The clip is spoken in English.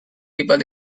people